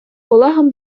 колегам